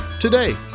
today